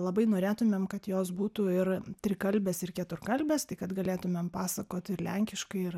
labai norėtumėm kad jos būtų ir trikalbės ir keturkalbės tai kad galėtumėm pasakot ir lenkiškai ir